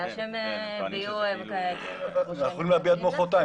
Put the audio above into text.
העמדה שהם הביעו --- אנחנו יכולים להביע עד מחרתיים,